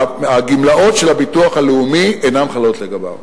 הגמלאות של הביטוח אינן חלות לגביו.